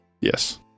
Yes